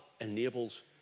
enables